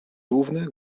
równy